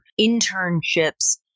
internships